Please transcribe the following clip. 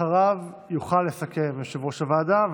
אחריו יוכל לסכם יושב-ראש הוועדה,